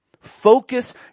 Focus